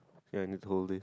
ya need to hold this